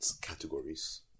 categories